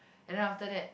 and then after that